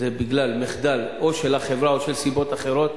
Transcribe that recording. זה בגלל מחדל או של החברה או מסיבות אחרות,